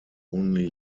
only